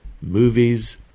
movies